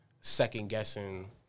second-guessing